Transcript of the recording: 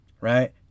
right